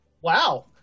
Wow